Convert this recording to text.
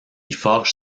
forge